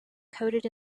coded